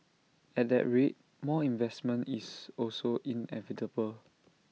at that rate more investment is also inevitable